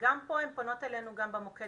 וגם פה, הן פונות אלינו גם במוקד